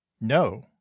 no